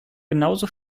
genauso